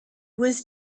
was